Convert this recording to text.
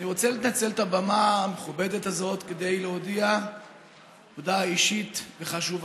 אני רוצה לנצל את הבמה המכובדת הזאת כדי להודיע הודעה אישית וחשובה.